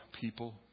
people